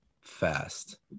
fast